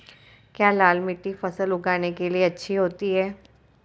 क्या लाल मिट्टी फसल उगाने के लिए अच्छी होती है?